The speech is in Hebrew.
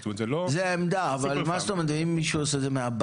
זאת עמדה, אבל אם מישהו עושה את זה מהבית?